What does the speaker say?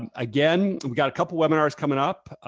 and again, we got a couple webinars coming up.